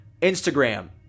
Instagram